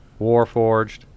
Warforged